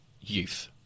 youth